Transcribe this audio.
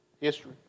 history